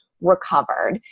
recovered